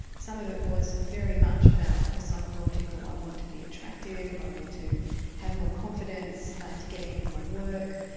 some of it was very much about the psychological, i want to be attractive, i want to have more confidence to get ahead in my work.